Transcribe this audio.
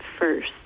first